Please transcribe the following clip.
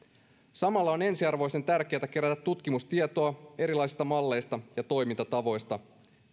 samalla on ensiarvioisen tärkeätä kerätä tutkimustietoa erilaisista malleista ja toimintatavoista